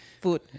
food